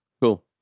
Cool